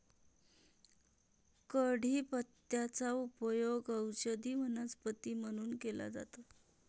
कढीपत्त्याचा उपयोग औषधी वनस्पती म्हणून केला जातो